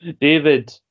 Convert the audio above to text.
David